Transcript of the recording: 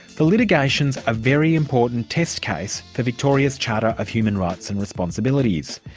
for litigation's a very important test case for victoria's charter of human rights and responsibilities.